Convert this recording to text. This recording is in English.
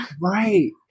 Right